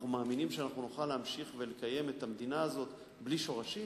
אנחנו מאמינים שנוכל להמשיך ולקיים את המדינה הזאת בלי שורשים?